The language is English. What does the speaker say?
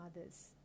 others